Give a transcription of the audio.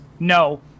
No